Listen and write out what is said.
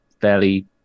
fairly